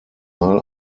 mal